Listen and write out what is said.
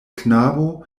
knabo